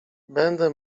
będę